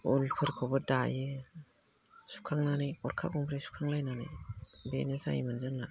उलफोरखौबो दायो सुखांनानै गरखा गंथाम गंब्रै सुखांलायनानै बेनो जायोमोन जोंना